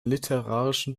literarischen